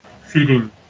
feeding